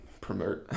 promote